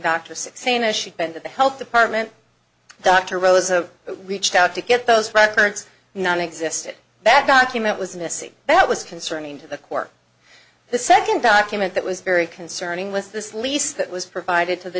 as she'd been that the health department dr rose of reached out to get those records none existed that document was missing that was concerning to the core the second document that was very concerning with this lease that was provided to the